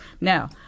now